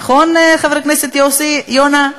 נכון, חבר הכנסת יוסי יונה?